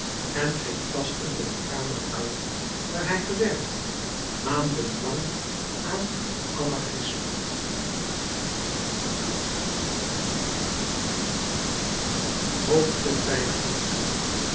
en ging tastende de kamer uit waar hij gewerkt had maanden lang aan